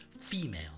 female